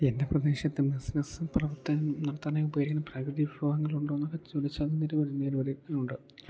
എൻ്റെ പ്രദേശത്ത് ബിസിനസ്സ് പ്രവർത്തനം നടത്താനായിട്ട് ഉപയോഗിക്കുന്ന പ്രകൃതി വിഭവങ്ങൾ ഉണ്ടോയെന്നൊക്കെ ചോദിച്ചാൽ നിരവധി നിരവധി ഉണ്ട്